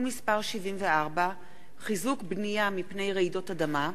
מס' 74) (חיזוק בנייה מפני רעידות אדמה),